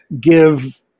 give